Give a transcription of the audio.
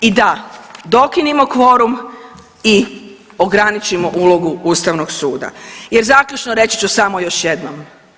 I da, dokinimo kvorum i ograničimo ulogu Ustavnog suda jer zaključno reći ću samo još jednom.